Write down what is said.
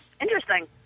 interesting